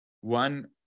one